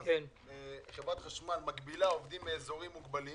חברת חשמל מגבילה עובדים מאזורים מוגבלים.